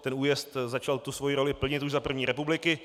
Ten újezd začal svoji roli plnit už za první republiky.